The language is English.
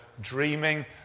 dreaming